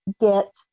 get